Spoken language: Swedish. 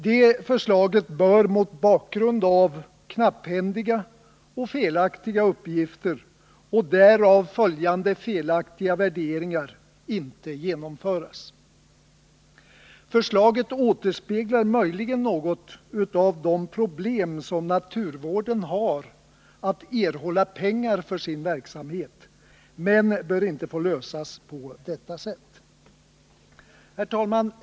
Det förslaget bör mot bakgrund av knapphändiga och felaktiga uppgifter och därav följande felaktiga värderingar inte genomföras. Förslaget återspeglar möjligen något av de problem som naturvården har när det gäller att erhålla pengar för sin verksamhet, men de bör inte få lösas på detta sätt. Herr talman!